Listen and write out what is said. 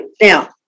Now